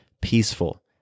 peaceful